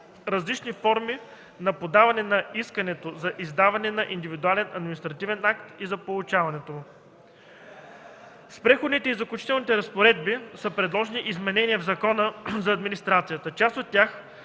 различните форми на подаване на искането за издаване на индивидуален административен акт и за получаването му. С Преходните и заключителните разпоредби са предложени изменения в Закона за администрацията. Част от тях